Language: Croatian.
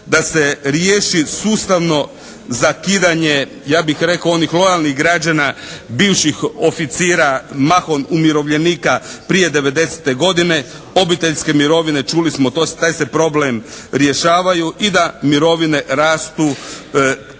Da se riješi sustavno zakidanje ja bih rekao onih lojalnih građana, bivših oficira mahom umirovljenika prije '90. godine. Obiteljske mirovine čuli smo, taj se problem rješavaju i da mirovine rastu